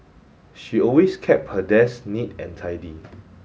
she always kept her desk neat and tidy